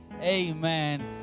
amen